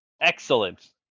Excellent